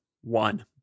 one